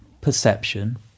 perception